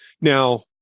now